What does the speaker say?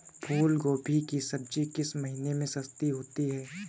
फूल गोभी की सब्जी किस महीने में सस्ती होती है?